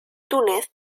túnez